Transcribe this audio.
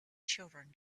children